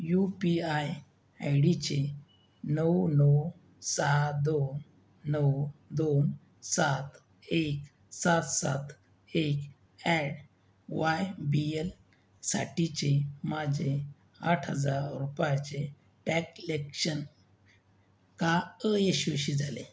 you P I आयडीचे नऊ नऊ सहा दोन नऊ दोन सात एक सात सात एक अॅट वाय बी एलसाठीचे माझे आठ हजार रुपयाचे टॅक्लॅक्शन का अयशस्वी झाले